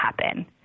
happen